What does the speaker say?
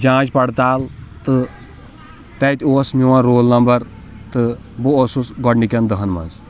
جانٛچ پَرتال تہٕ تَتہِ اوس میون رول نمبر تہٕ بہٕ اوسُس گۄڈنٕکٮ۪ن دَہَن منٛز